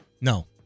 No